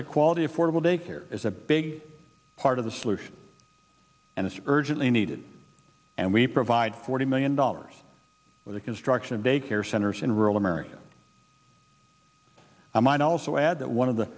to quality affordable daycare is a big part of the solution and it's urgently needed and we provide forty million dollars for the construction of daycare centers in rural america i might also add that one of the